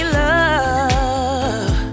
love